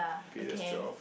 okay that's twelve